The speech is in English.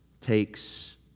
takes